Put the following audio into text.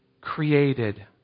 created